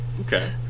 Okay